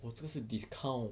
我这个是 discount